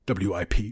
WIP